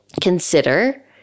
consider